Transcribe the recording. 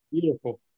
beautiful